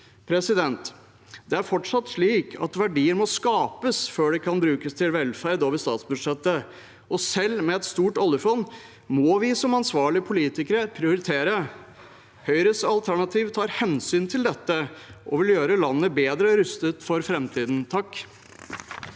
flyktninger. Det er fortsatt slik at verdier må skapes før de kan brukes til velferd over statsbudsjettet, og selv med et stort oljefond må vi som ansvarlige politikere prioritere. Høyres alternativ tar hensyn til dette og vil gjøre landet bedre rustet for framtiden. Sandra